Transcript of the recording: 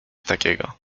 takiego